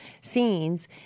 scenes